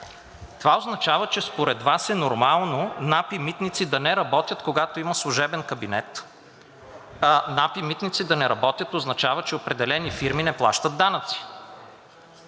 Това означава, че според Вас е нормално НАП и „Митници“ да не работят, когато има служебен кабинет, а НАП и „Митници“ да не работят означава, че определени фирми не плащат данъци.